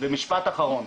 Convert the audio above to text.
משפט אחרון.